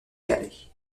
calais